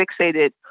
fixated